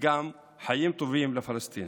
וגם חיים טובים לפלסטינים.